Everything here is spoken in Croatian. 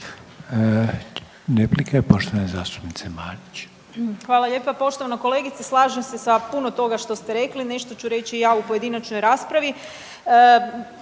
replika je poštovane zastupnice Marić. **Marić, Andreja (SDP)** Hvala lijepo, poštovana kolegice. Slažem se sa puno toga što ste rekli. Nešto ću reći i ja u pojedinačnoj raspravi.